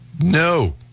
No